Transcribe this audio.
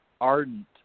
ardent